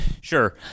Sure